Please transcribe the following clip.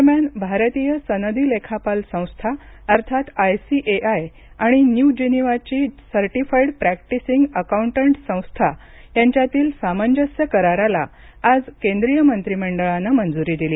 दरम्यान भारतीय सनदी लेखापाल संस्था अर्थात आयसीएआय आणि न्यू जिनिवाची सर्टिफाइड प्रॅक्टिसिंग अकाउन्टन्टस संस्था यांच्यातील सामंजस्य कराराला आज केंद्रीय मंत्रीमंडळानं मंजुरी दिली